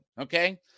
Okay